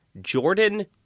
Jordan